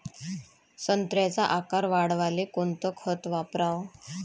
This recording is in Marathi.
संत्र्याचा आकार वाढवाले कोणतं खत वापराव?